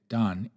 done